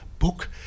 book